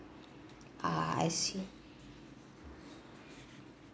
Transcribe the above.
ah I see